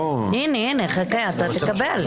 הינה, חכה, אתה תקבל.